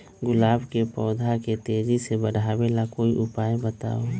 गुलाब के पौधा के तेजी से बढ़ावे ला कोई उपाये बताउ?